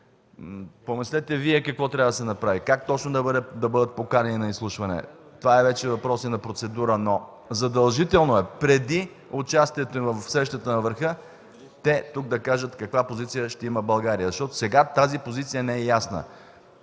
Помислете и Вие какво трябва да се направи, как точно да бъдат поканени на изслушване. Това е вече въпрос и на процедура, но задължително е преди участието им в срещата на върха те тук да кажат каква позиция ще има България, защото сега тази позиция не е ясна.